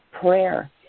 prayer